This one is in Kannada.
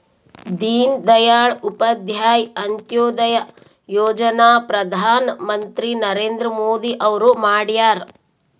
ದೀನ ದಯಾಳ್ ಉಪಾಧ್ಯಾಯ ಅಂತ್ಯೋದಯ ಯೋಜನಾ ಪ್ರಧಾನ್ ಮಂತ್ರಿ ನರೇಂದ್ರ ಮೋದಿ ಅವ್ರು ಮಾಡ್ಯಾರ್